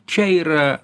čia yra